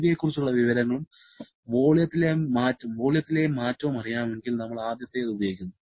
Cv യെക്കുറിച്ചുള്ള വിവരങ്ങളും വോളിയത്തിലെയും മാറ്റവും അറിയാമെങ്കിൽ നമ്മൾ ആദ്യത്തേത് ഉപയോഗിക്കുന്നു